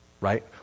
Right